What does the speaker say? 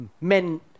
men